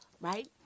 right